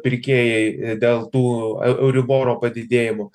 pirkėjai dėl tų euriboro padidėjimų